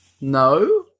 No